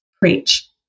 preach